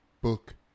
book